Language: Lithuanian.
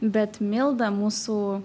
bet milda mūsų